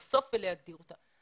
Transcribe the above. לחשוף ולהגדיר אותה.